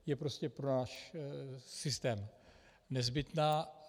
Je prostě pro náš systém nezbytná.